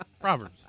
proverbs